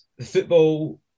football